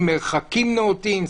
עם מרחקים נאותים,